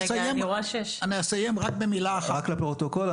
רק לפרוטוקול,